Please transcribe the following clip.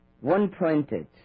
one-pointed